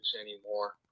anymore